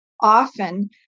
often